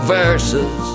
verses